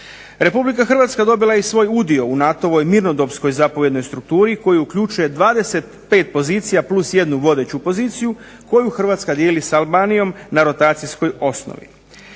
Republika Hrvatska dobila je i svoj udio u NATO-ovoj mirnodopskoj zapovjednoj strukturi koja uključuje 25 pozicija plus jednu vodeću poziciju koju Hrvatska dijeli s Albanijom na rotacijskoj osnovi.